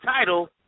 title